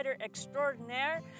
extraordinaire